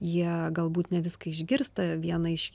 jie galbūt ne viską išgirsta vieną iš